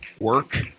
work